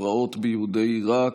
הפרעות ביהודי עיראק,